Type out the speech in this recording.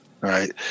right